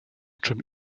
czym